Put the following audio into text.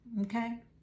Okay